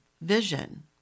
vision